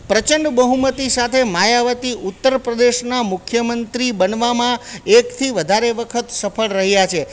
પ્રચંડ બહુમતી સાથે માયાવતી ઉત્તર પ્રદેશના મુખ્ય મંત્રી બનવામાં એકથી વધારે વખત સફળ રહ્યા છે